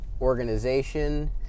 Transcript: organization